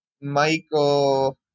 Michael